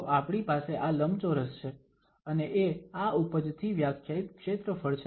તો આપણી પાસે આ લંબચોરસ છે અને એ આ ઉપજથી વ્યાખ્યાયિત ક્ષેત્રફળ છે